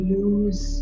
lose